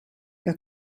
que